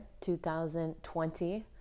2020